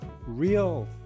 real